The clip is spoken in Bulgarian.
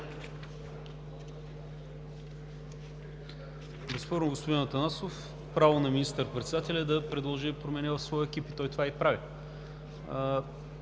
Безспорно, господин Атанасов, право на министър-председателя е да предложи промени в своя екип. Той това и прави.